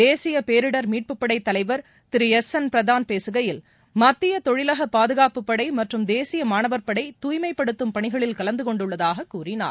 தேசிய பேரிடர் மீட்புப் படட தலைவர் எஸ் என் பிரதான் பேசுகையில் மத்திய தொழிலக பாதுகாப்புப் படை மற்றும் தேசிய மாணவர் படட தாய்மைப்படுத்தும் பணிகளில் கலந்து கொண்டுள்ளதாக கூறினார்